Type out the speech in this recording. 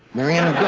maryann